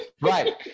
Right